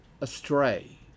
astray